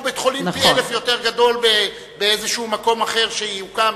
בית-חולים פי-אלף יותר גדול באיזה מקום אחר שיוקם,